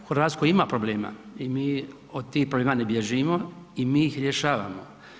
U Hrvatskoj ima problema i mi od tih problema ne bježimo i mi ih rješavamo.